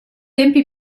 tempi